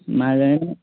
মা